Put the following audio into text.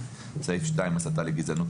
(2) הסתה לגזענות,